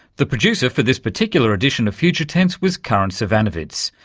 the producer for this particular edition of future tense was karin zsivanovits.